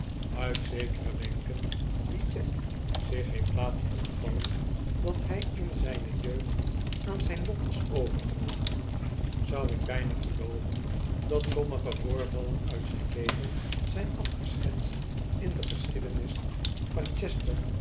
uit zekere wenken die jack zich heeft laten ontvallen dat hy in zijne jeugd aan zyn lot was overgelaten zou ik byna gelooven dat sommige voorvallen uit zyn leven zyn afgeschetst in de geschiedenis van